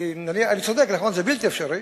אני צודק, נכון, זה בלתי אפשרי?